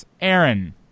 aaron